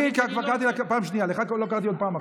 כבר קראתי לה פעם שנייה, לך לא קראתי עוד פעם אחת.